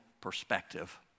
perspective